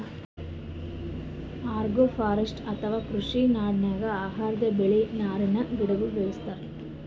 agroforestry ಅಥವಾ ಕೃಷಿ ಕಾಡಿನಾಗ್ ಆಹಾರದ್ ಬೆಳಿ, ನಾರಿನ್ ಗಿಡಗೋಳು ಬೆಳಿತಾರ್